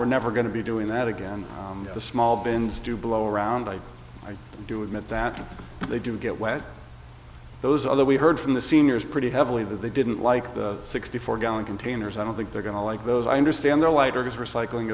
we're never going to be doing that again and the small bins do blow around i do admit that they do get where those other we heard from the seniors pretty heavily that they didn't like the sixty four gallon containers i don't think they're going to like those i understand they're lighter bec